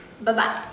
Bye-bye